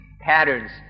patterns